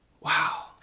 Wow